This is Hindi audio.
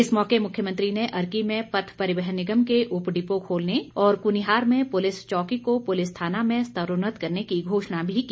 इस मौके मुख्यमंत्री ने अर्की में पथ परिवहन निगम के उप डिपो खोलने और कुनिहार पुलिस चौकी को पुलिस थाना में स्तरोन्नत करने की घोषणा की